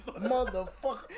motherfucker